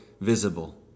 visible